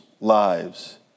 lives